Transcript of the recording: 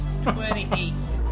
Twenty-eight